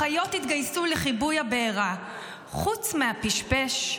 החיות התגייסו לכיבוי הבעירה חוץ מהפשפש,